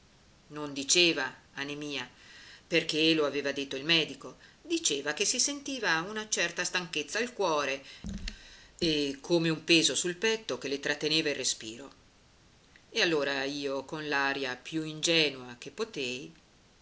non diceva anemia perché lo aveva detto il medico diceva che si sentiva una certa stanchezza al cuore e come un peso sul petto che le tratteneva io respiro e allora io con l'aria più ingenua che potei